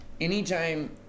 anytime